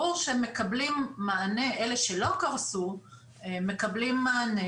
ברור שאלה שלא קרסו מקבלים מענה,